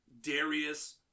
Darius